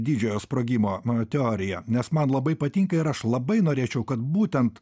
didžiojo sprogimo mano teorija nes man labai patinka ir aš labai norėčiau kad būtent